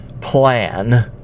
plan